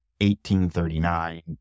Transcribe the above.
1839